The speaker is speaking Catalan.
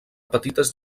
petites